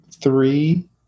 three